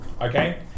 okay